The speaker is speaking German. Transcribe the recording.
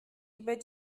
über